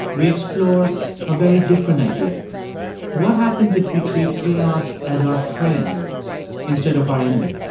we explore a very different idea what happens if we treat chaos as our friend instead of our enemy?